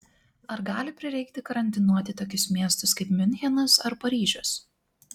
ar gali prireikti karantinuoti tokius miestus kaip miunchenas ar paryžius